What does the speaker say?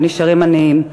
ונשארים עניים.